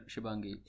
Shibangi